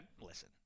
listen